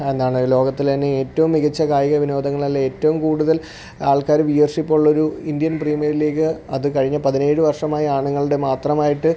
എന്താണ് ലോകത്തിലന്നേറ്റവും മികച്ച കായിക വിനോദങ്ങളല്ലേ ഏറ്റവും കൂടുതൽ ആൾക്കാർ വ്യൂവർഷിപ്പുള്ളൊരു ഇന്ത്യൻ പ്രീമിയർ ലീഗ് അതു കഴിഞ്ഞ പതിനേഴ് വർഷമായി ആണുങ്ങളുടെ മാത്രമായിട്ട്